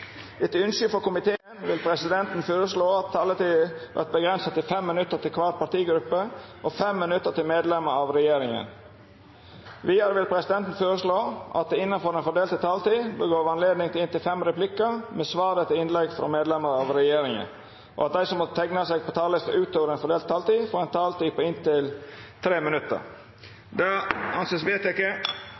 Etter ønske frå helse- og omsorgskomiteen vil presidenten føreslå at taletida vert avgrensa til 5 minutt til kvar partigruppe og 5 minutt til medlemer av regjeringa. Vidare vil presidenten føreslå at det – innanfor den fordelte taletida – vert gjeve høve til inntil fem replikkar med svar etter innlegg frå medlemer av regjeringa, og at dei som måtte teikna seg på talarlista utover den fordelte taletida, får ei taletid på inntil 3 minutt. – Det er vedteke.